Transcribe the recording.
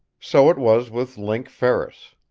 so it was with link ferris.